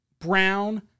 Brown